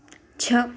छः